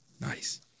Nice